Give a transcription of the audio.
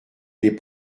les